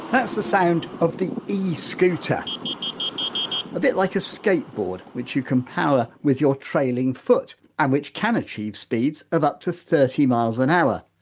that's the sound of the e-scooter a bit like a skateboard, which you can power with your trailing foot and which can achieve speeds of up to thirty miles an hour.